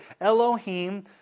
Elohim